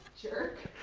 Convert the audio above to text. jerk!